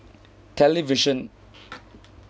television